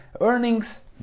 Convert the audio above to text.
earnings